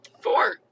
four